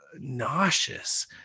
nauseous